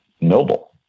noble